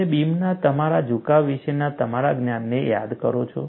તમે બીમના તમારા ઝુકાવ વિશેના તમારા જ્ઞાનને યાદ કરો છો